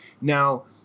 Now